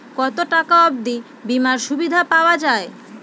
কত টাকা অবধি বিমার সুবিধা পাওয়া য়ায়?